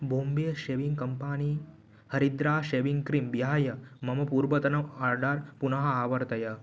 Bombay shaving company हरिद्रा shaving cream विहाय मम पूर्वतनम् आर्डर् पुनः आवर्तय